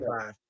five